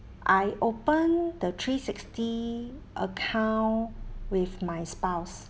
I open the three sixty account with my spouse